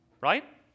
Right